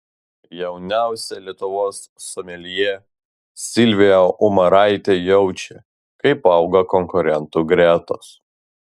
jauniausia lietuvos someljė silvija umaraitė jaučia kaip auga konkurentų gretos